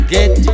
Get